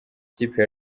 ikipe